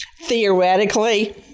theoretically